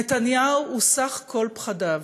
נתניהו הוא סך כל פחדיו,